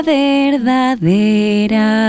verdadera